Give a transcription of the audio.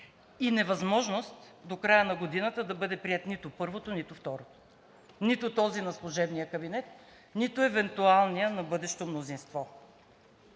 и невъзможност до края на годината да бъде прието нито първото, нито второто: нито този на служебния кабинет, нито евентуалният на бъдещо мнозинство.